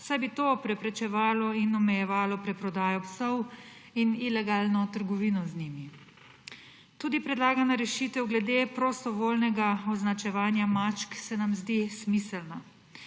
saj bi to preprečevalo in omejevalo preprodajo psov in ilegalno trgovino z njimi. Tudi predlagana rešitev glede prostovoljnega označevanja mačk se nam zdi smiselna.